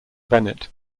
bennett